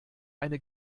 eine